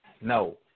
No